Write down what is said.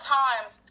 times